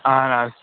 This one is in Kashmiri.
اہن حظ